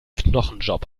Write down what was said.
knochenjob